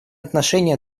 отношение